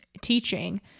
teaching